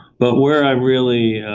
but where i'm really